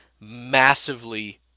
massively